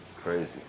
Crazy